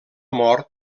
mort